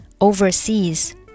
overseas